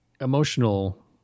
emotional